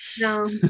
No